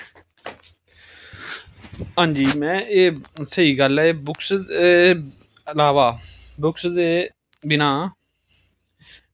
आं जी में एह् स्हेई गल्ल ऐ बुक्स दे इलावा बुक्स दे बिना